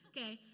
Okay